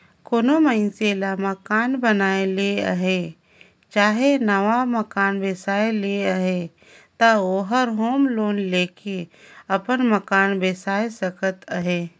कोनो मइनसे ल मकान बनाए ले अहे चहे नावा मकान बेसाए ले अहे ता ओहर होम लोन लेके अपन मकान बेसाए सकत अहे